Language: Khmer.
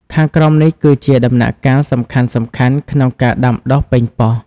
ខាងក្រោមនេះគឺជាដំណាក់កាលសំខាន់ៗក្នុងការដាំដុះប៉េងប៉ោះ។